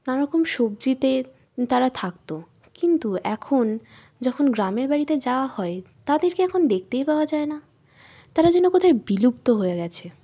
নানারকম সবজিতে তারা থাকতো কিন্তু এখন যখন গ্রামের বাড়িতে যাওয়া হয় তাদেরকে এখন দেখতেই পাওয়া যায় না তারা যেন কোথায় বিলুপ্ত হয়ে গেছে